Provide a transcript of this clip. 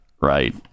Right